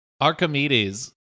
Archimedes